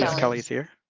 um kelly's here.